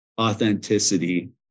authenticity